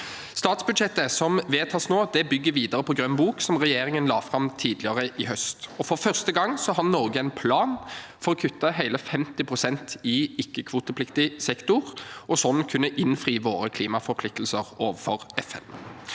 Statsbudsjettet som vedtas i dag, bygger videre på grønn bok, som regjeringen la fram tidligere i høst. For første gang har Norge en plan for å kutte hele 50 pst. i ikke-kvotepliktig sektor og slik kunne innfri våre klimaforpliktelser overfor FN.